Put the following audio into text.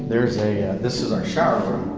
there's a this is our shower,